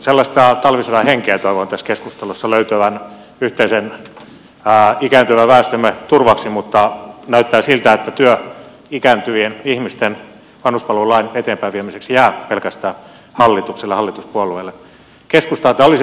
sellaista talvisodan henkeä toivon tässä keskustelussa löytyvän yhteisen ikääntyvän väestömme turvaksi mutta näyttää siltä että työ ikääntyvien ihmisten vanhuspalvelulain eteenpäin viemiseksi jää pelkästään hallitukselle ja hallituspuolueille